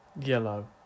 Yellow